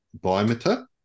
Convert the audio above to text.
biometer